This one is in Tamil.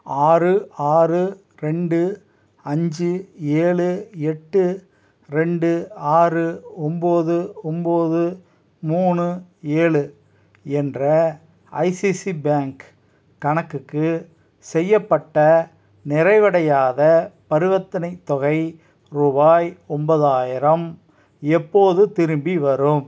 ஆறு ஆறு ரெண்டு அஞ்சு ஏழு எட்டு ரெண்டு ஆறு ஒம்பது ஒம்பது மூணு ஏழு என்ற ஐசிஐசிஐ பேங்க் கணக்குக்கு செய்யப்பட்ட நிறைவடையாத பரிவர்த்தனைத் தொகை ரூபாய் ஒன்பதாயிரம் எப்போது திரும்பி வரும்